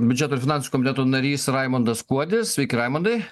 biudžeto ir finansų komiteto narys raimundas kuodis sveiki raimundai